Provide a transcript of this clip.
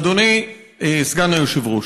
אדוני סגן היושב-ראש,